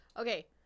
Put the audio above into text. Okay